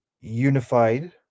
unified